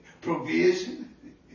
Provision